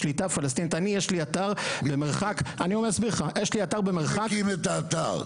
אני יש לי אתר במרחק --- מי מקים את האתר?